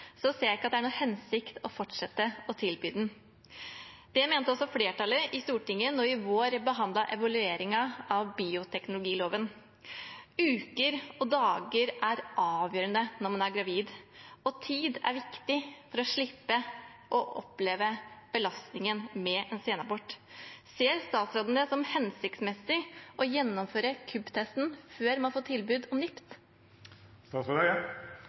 ser jeg ikke at det er noen hensikt å fortsette med å tilby den. Det mente også flertallet i Stortinget da vi i vår behandlet evalueringen av bioteknologiloven. Uker og dager er avgjørende når man er gravid, og tid er viktig for å slippe å oppleve belastningen med en senabort. Ser statsråden det som hensiktsmessig å gjennomføre KUB-testen før man får tilbud om